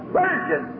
virgin